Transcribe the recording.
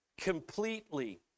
completely